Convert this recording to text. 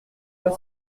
pas